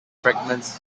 fragments